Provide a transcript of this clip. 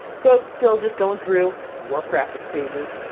so, still just going through warp graphics pages.